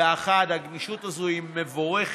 ועד 2021. הגמישות הזו היא מבורכת,